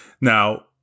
Now